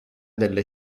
delle